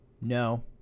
No